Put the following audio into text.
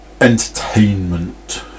entertainment